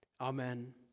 Amen